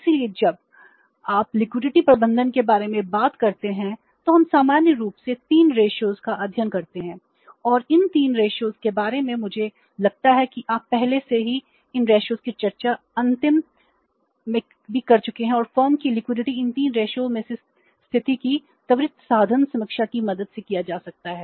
इसलिए जब आपलिक्विडिटी में से स्थिति की त्वरित साधन समीक्षा की मदद से किया जा सकता है